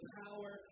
power